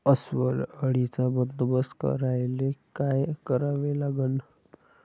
अस्वल अळीचा बंदोबस्त करायले काय करावे लागन?